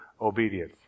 obedience